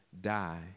die